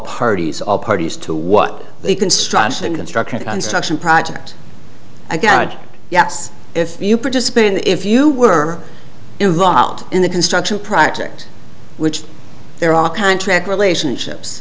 parties all parties to what the construction construction on section project i got yes if you participate in if you were involved in the construction project which there are contract relationships